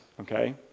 okay